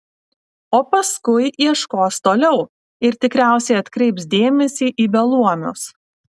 o paskui ieškos toliau ir tikriausiai atkreips dėmesį į beluomius